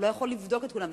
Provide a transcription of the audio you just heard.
הוא לא יכול לבדוק את כולם,